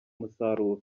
umusaruro